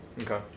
Okay